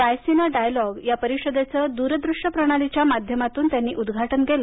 Raisina dialogue या परिषदेचं दूरदृश्य प्रणालीच्या माध्यमातून उद्घाटन त्यांनी केलं